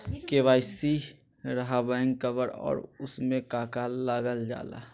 KYC रहा back cover और उसमें का का लागल जाला?